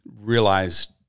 realized